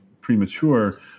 premature